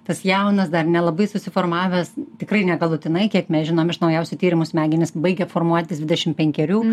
tas jaunas dar nelabai susiformavęs tikrai ne galutinai kiek mes žinom iš naujausių tyrimų smegenys baigia formuotis dvidešim penkerių